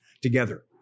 together